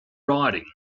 riding